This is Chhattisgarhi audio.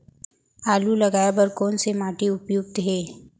आलू लगाय बर कोन से माटी उपयुक्त हे?